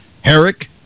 Herrick